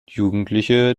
jugendliche